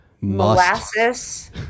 molasses